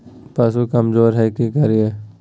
पशु कमज़ोर है कि करिये?